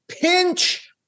pinch